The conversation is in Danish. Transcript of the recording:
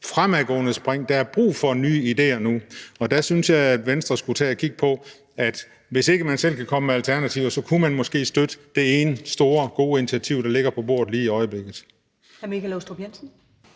fremadgående spring. Der er brug for nye idéer nu, og der synes jeg, at Venstre skulle tage og kigge på, at hvis ikke man selv kan komme med alternativer, kunne man måske støtte det ene store, gode initiativ, der ligger på bordet lige i øjeblikket.